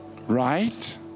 Right